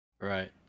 right